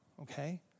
okay